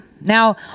Now